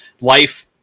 life